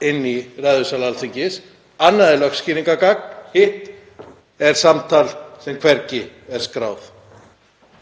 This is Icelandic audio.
þingsal Alþingis. Annað er lögskýringargagn, hitt er samtal sem hvergi er skráð.